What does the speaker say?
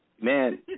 Man